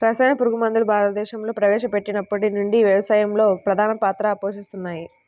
రసాయన పురుగుమందులు భారతదేశంలో ప్రవేశపెట్టినప్పటి నుండి వ్యవసాయంలో ప్రధాన పాత్ర పోషిస్తున్నాయి